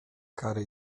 kary